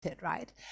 right